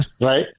Right